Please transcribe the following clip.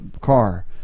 car